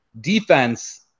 Defense